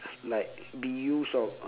like be used of uh